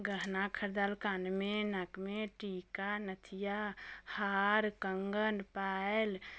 गहना खरीदायल कानमे नाकमे टीका नथिया हार कङ्गन पायल